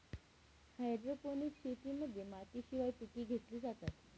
hydroponics शेतीमध्ये मातीशिवाय पिके घेतली जातात